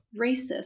racist